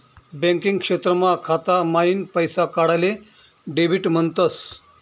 banking क्षेत्रमा खाता माईन पैसा काढाले डेबिट म्हणतस